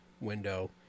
window